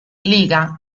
liga